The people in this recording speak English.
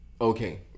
Okay